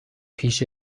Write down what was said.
پیش